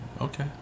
Okay